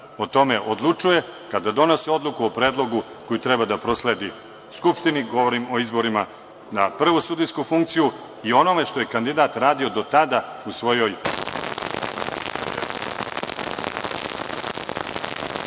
o tome odlučuje, kada donose odluku o predlogu koji treba da prosledi Skupštini, govorim o izborima na prvu sudijsku funkciju i onoga što je kandidat radio do tada u svojoj